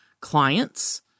clients